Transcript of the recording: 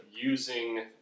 using